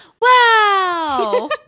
wow